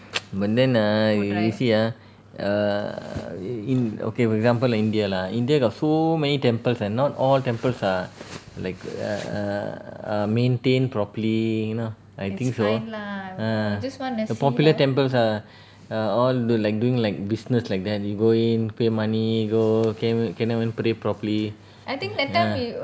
but then err you see ah err i~ in okay for example india lah india got so many temples eh not all temples are like err err maintained properly you know I think so ah the popular temples ah are all do~ like doing like business like that you go in pay money go can~ cannot even pray properly ah